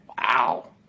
Wow